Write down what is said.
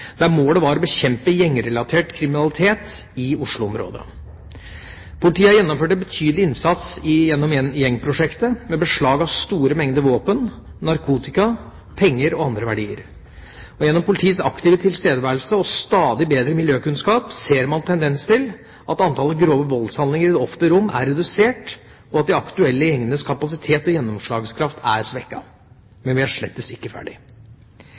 der målet var å bekjempe gjengrelatert kriminalitet i Oslo-området. Politiet har gjennomført en betydelig innsats gjennom gjengprosjektet med beslag av store mengder våpen, narkotika, penger og andre verdier. Gjennom politiets aktive tilstedeværelse og stadig bedre miljøkunnskap ser man tendens til at antallet grove voldshandlinger i det offentlige rom er redusert, og at de aktuelle gjengenes kapasitet og gjennomslagskraft er svekket. Men vi er slett ikke ferdig.